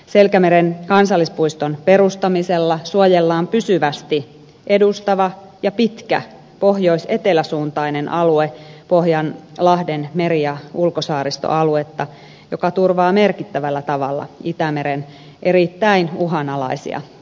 selkämeren kansallispuiston perustamisella suojellaan pysyvästi edustava ja pitkä pohjoisetelä suuntainen alue pohjanlahden meri ja ulkosaaristoaluetta joka turvaa merkittävällä tavalla itämeren erittäin uhanalaisia ekosysteemejä